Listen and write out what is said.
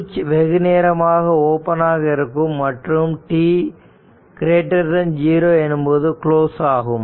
சுவிட்ச் வெகுநேரமாக ஓபன் ஆக இருக்கும் மற்றும் t0 எனும்போது க்ளோஸ் ஆகும்